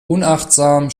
unachtsam